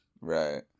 Right